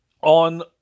on